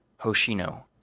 Hoshino